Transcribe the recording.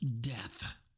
death